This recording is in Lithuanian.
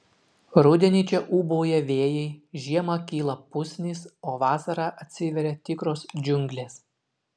rudenį čia ūbauja vėjai žiemą kyla pusnys o vasarą atsiveria tikros džiunglės